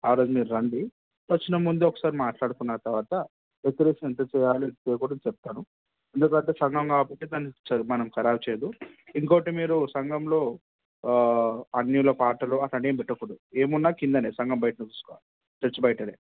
ఆరోజు మీరు రండి వచ్చిన ముందు ఒకసారి మాట్లాడుకున్న తర్వాత డెకొరేషన్ ఎంత చేయాలి చేయకూడడు చెప్తాను ఎందుకంటే సంఘం కాబట్టి దాన్ని ఇచ్చారు దాన్ని కరాబ్ చేయదు ఇంకొకటి మీరు సంఘంలో అన్యుల పాటలు అలాంటి ఏమి పెట్టకూడదు ఏమున్న కింద సంఘం బయట చూసుకోవాలి చర్చ్ బయట